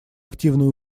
активное